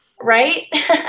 Right